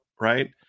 right